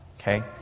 Okay